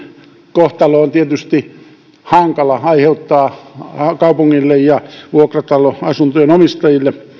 kohtalo on tietysti hankala ja aiheuttaa kaupungille ja vuokrataloasuntojen omistajille